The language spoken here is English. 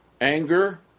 Anger